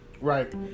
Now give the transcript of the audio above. right